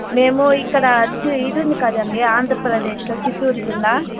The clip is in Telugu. మేము ఇక్కడ ఇదుంది కదండీ ఆంధ్రప్రదేశ్లో చిత్తూరు జిల్లా